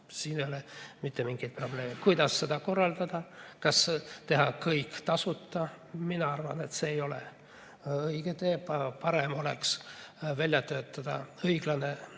Siin ei ole mitte mingeid probleeme. Kuidas seda korraldada, kas teha kõik tasuta? Mina arvan, et see ei ole õige tee. Parem oleks välja töötada õiglane